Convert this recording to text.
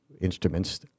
instruments